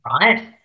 right